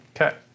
Okay